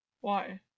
Why